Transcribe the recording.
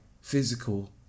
physical